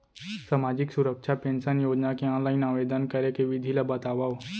सामाजिक सुरक्षा पेंशन योजना के ऑनलाइन आवेदन करे के विधि ला बतावव